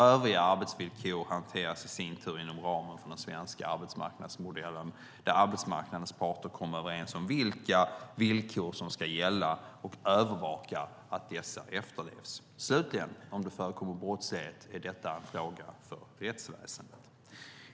Övriga arbetsvillkor hanteras i sin tur inom ramen för den svenska arbetsmarknadsmodellen, där arbetsmarknadens parter kommer överens om vilka villkor som ska gälla och övervakar att dessa efterlevs. Slutligen, om det förekommer brottslighet, är detta en fråga för rättsväsendet.